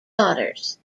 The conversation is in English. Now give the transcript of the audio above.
daughters